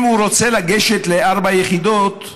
אם הוא רוצה לגשת לארבע יחידות,